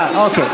אה, אוקיי.